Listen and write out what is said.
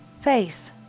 Faith